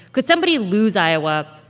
could somebody lose iowa,